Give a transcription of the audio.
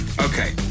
Okay